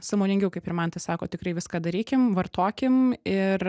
sąmoningiau kaip ir mantas sako tikrai viską darykim vartokim ir